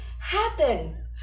happen